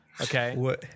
Okay